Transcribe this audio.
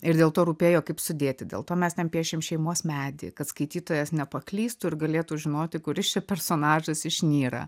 ir dėl to rūpėjo kaip sudėti dėl to mes ten piešėm šeimos medį kad skaitytojas nepaklystų ir galėtų žinoti kuris čia personažas išnyra